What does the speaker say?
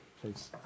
please